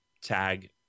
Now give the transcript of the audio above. tag